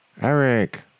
Eric